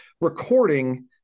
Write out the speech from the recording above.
recording